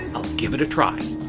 i'll give it a try.